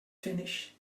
finish